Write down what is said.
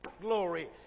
Glory